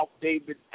David